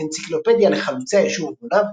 באנציקלופדיה לחלוצי הישוב ובוניו,